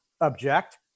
object